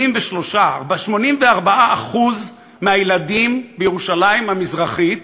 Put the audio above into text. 84% מהילדים בירושלים המזרחית